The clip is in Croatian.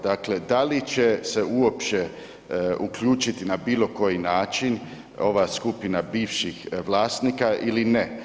Dakle, da li će se uopće uključiti na bilo koji način ova skupina bivših vlasnika ili ne?